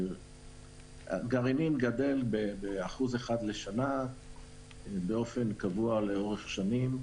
נושא הגרעינים גדל ב-1% בשנה באופן קבוע לאורך שנים,